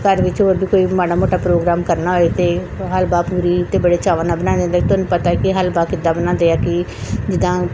ਘਰ ਵਿੱਚ ਹੋਰ ਵੀ ਕੋਈ ਮਾੜਾ ਮੋਟਾ ਪ੍ਰੋਗਰਾਮ ਕਰਨਾ ਹੋਏ ਤਾਂ ਹਲਵਾ ਪੂਰੀ ਤਾਂ ਬੜੇ ਚਾਵਾਂ ਨਾਲ ਬਣਾਏ ਜਾਂਦੇ ਆ ਤੁਹਾਨੂੰ ਪਤਾ ਕਿ ਹਲਵਾ ਕਿੱਦਾਂ ਬਣਾਉਂਦੇ ਆ ਕਿ ਜਿੱਦਾਂ